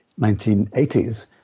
1980s